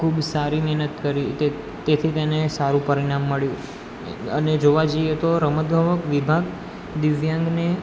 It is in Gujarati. ખૂબ સારી મહેનત કરી તેથી તેને સારું પરિણામ મળ્યું અને જોવા જઈએ તો રમત ગમત વિભાગ દિવ્યાંગને